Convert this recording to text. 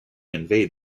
invade